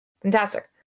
Fantastic